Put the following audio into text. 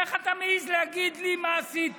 איך אתה מעז להגיד לי: מה עשית?